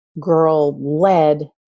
girl-led